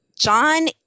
John